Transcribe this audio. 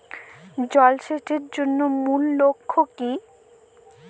জল সেচের মূল লক্ষ্য কী?